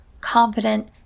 confident